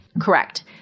Correct